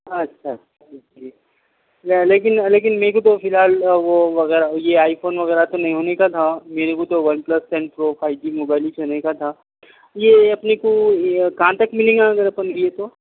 اچھا اچھا جی لیکن لیکن میرے کو تو فی الحال وہ وغیرہ یہ آئی فون وغیرہ تو نہیں ہونے کا تھا میرے کو تو OnePlus ten pro five G mobile ہی لینے کا تھا یہ اپنے کو یہ کہاں تک ملیں گا اگر اپن لے تو